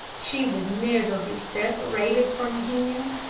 she would never be separated from him,